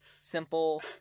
simple